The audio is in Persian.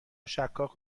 شکاک